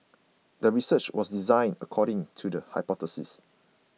the research was designed according to the hypothesis